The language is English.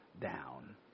down